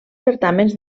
certàmens